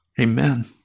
Amen